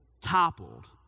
toppled